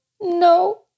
no